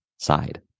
side